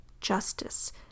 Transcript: Justice